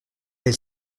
elle